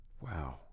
Wow